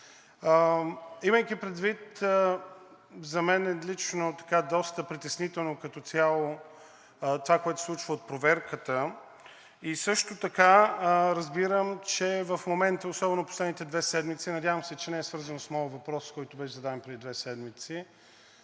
Имайки предвид, за мен лично е доста притеснително като цяло това, което се случва от проверката и също така разбирам, че в момента, особено последните две седмици, надявам се, че не е свързано с моя въпрос, който беше зададен преди две седмици,